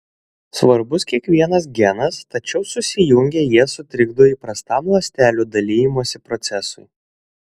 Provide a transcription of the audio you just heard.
svarbus kiekvienas genas tačiau susijungę jie sutrikdo įprastam ląstelių dalijimosi procesui